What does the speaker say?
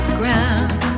ground